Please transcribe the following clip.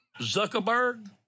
Zuckerberg